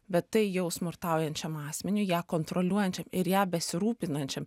bet tai jau smurtaujančiam asmeniui ją kontroliuojančiam ir ją besirūpinančiam